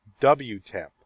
wtemp